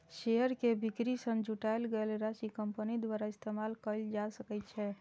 share के बिक्री सं जुटायल गेल राशि कंपनी द्वारा इस्तेमाल कैल जा सकै छै